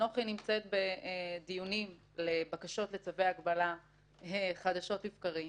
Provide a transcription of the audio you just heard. אני נמצאת בדיונים לבקשות לצווי הגבלה חדשות לבקרים,